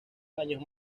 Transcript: años